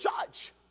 judge